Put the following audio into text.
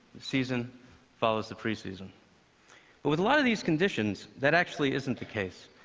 season follows the pre-season. but with a lot of these conditions, that actually isn't the case,